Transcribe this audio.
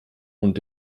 und